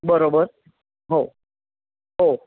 बरोबर हो हो